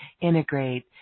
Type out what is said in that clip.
integrate